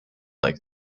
like